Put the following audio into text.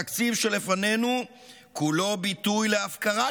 התקציב שלפנינו הוא כולו ביטוי להפקרת